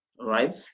right